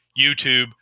YouTube